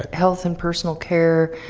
health and personal care,